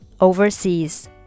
overseas